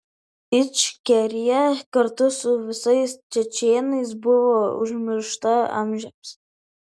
ičkerija kartu su visais čečėnais buvo užmiršta amžiams